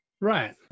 Right